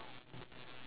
right